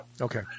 Okay